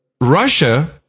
Russia